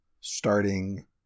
starting